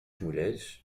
mulheres